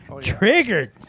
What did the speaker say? Triggered